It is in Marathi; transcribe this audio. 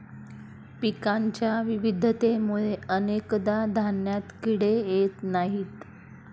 पिकांच्या विविधतेमुळे अनेकदा धान्यात किडे येत नाहीत